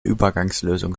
übergangslösung